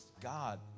God